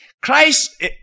Christ